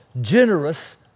generous